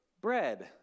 bread